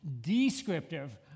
descriptive